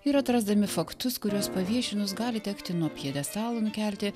ir atrasdami faktus kuriuos paviešinus gali tekti nuo pjedestalo nukelti